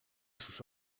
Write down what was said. sus